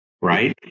right